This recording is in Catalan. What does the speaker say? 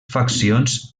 faccions